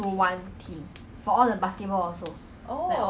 five